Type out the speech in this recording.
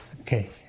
Okay